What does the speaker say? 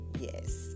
Yes